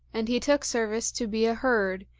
and he took service to be a herd,